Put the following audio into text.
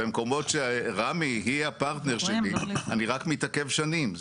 במקומות שבהם רמ"י היא הפרטנר שלי אני רק מתעכב שנים.